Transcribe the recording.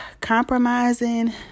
Compromising